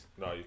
No